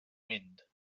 wind